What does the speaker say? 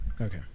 okay